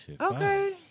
okay